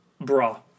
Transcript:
Bra